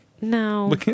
No